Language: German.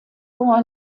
vor